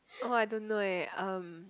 oh I don't know eh um